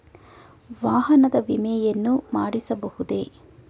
ವಾಹನದ ವಿಮೆಯನ್ನು ಮಾಡಿಸಬಹುದೇ?